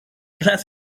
las